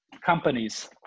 companies